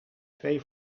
twee